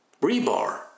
rebar